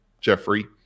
Jeffrey